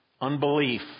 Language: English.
Unbelief